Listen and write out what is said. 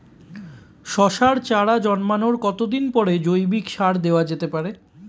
শশার চারা জন্মানোর কতদিন পরে জৈবিক সার দেওয়া যেতে পারে?